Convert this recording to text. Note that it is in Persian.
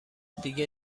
دیگه